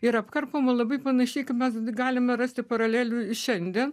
ir apkarpoma labai panašiai kaip mes galime rasti paralelių ir šiandien